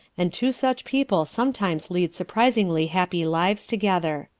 and two such people sometimes lead surprisingly happy lives together.